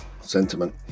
sentiment